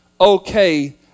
okay